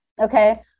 Okay